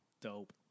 Dope